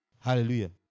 Hallelujah